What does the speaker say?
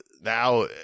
now